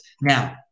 Now-